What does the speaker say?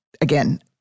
Again